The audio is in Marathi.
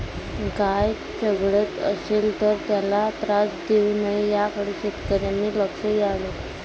गाय चघळत असेल तर त्याला त्रास देऊ नये याकडे शेतकऱ्यांनी लक्ष द्यावे